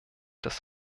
des